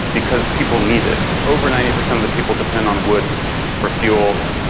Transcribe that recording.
because people need it. over ninety percent of the people depend on wood for fuel.